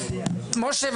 משה,